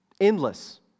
Endless